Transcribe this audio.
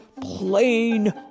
plain